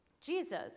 Jesus